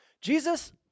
Jesus